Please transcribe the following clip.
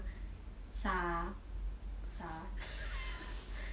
sa~ sa~